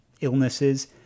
illnesses